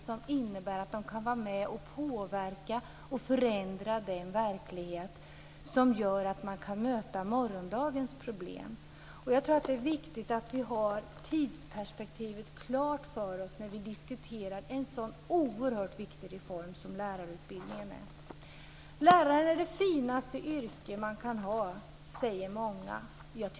Det innebär att de kan vara med och påverka och förändra verkligheten. Det gör att de kan möta morgondagens problem. Det är viktigt att vi har tidsperspektivet klart för oss när vi diskuterar en reform av något så oerhört viktigt som lärarutbildningen. Läraryrket är det finaste yrke man kan ha, säger många. Jag tycker det.